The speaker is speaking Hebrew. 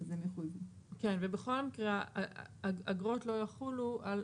כן ובכל מקרה האגרות לא יחולו על,